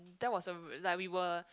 that was a like we were